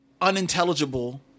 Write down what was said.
unintelligible